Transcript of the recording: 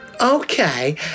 Okay